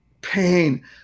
pain